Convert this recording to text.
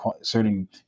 certain